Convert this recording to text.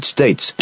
States